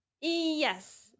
Yes